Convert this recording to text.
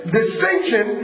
distinction